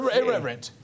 irreverent